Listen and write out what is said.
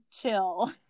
chill